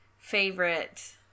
favorite